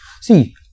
See